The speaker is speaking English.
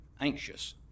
anxious